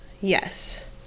Yes